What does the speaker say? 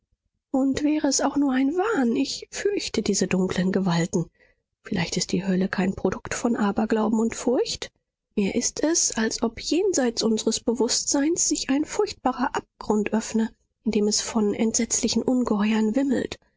und wäre es auch nur ein wahn ich fürchte diese dunklen gewalten vielleicht ist die hölle kein produkt von aberglauben und furcht mir ist es als ob jenseits unseres bewußtseins sich ein furchtbarer abgrund öffne in dem es von entsetzlichen ungeheuern wimmelt